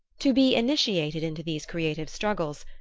to be initiated into these creative struggles,